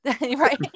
right